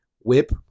Whip